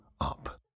up